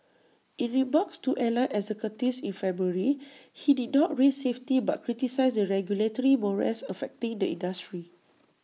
in remarks to airline executives in February he did not raise safety but criticised the regulatory morass affecting the industry